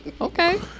Okay